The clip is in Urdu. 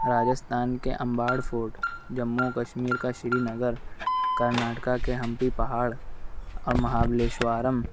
راجستھان کے امباڑ فورٹ جموں کشمیر کا شری نگر کرناٹکا کے ہمپی پہاڑ اور مہابلیشوارم